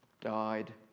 died